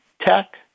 tech